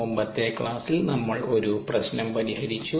മുമ്പത്തെ ക്ലാസ്സിൽ നമ്മൾ ഒരു പ്രശ്നം പരിഹരിച്ചു